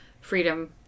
freedom